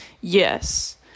Yes